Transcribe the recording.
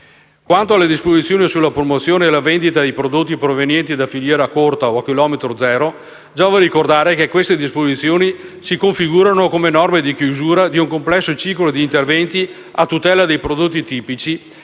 Quanto alle disposizioni sulla promozione e la vendita dei prodotti provenienti da filiera corta o a chilometro zero, giova ricordare che queste disposizioni si configurano come norme di chiusura di un complesso ciclo di interventi a tutela dei prodotti tipici